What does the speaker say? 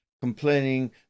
complaining